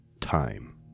Time